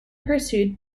pursued